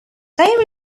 they